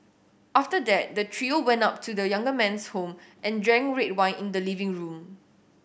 after that the trio went up to the younger man's home and drank red wine in the living room